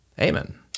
Amen